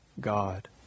God